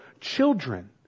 children